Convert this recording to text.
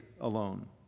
alone